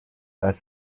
als